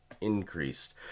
increased